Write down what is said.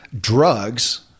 drugs